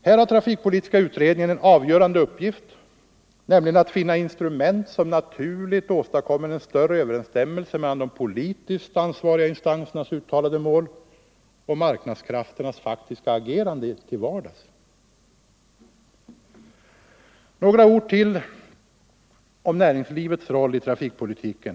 Här har trafikpolitiska utredningen en avgörande uppgift, nämligen att finna instrument som naturligt åstadkommer en större överensstämmelse mellan de politiskt ansvariga instansernas uttalade mål och marknadskrafternas faktiska agerande till vardags. 89 Låt mig säga ytterligare några ord om näringslivets roll i trafikpolitiken.